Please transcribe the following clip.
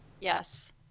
Yes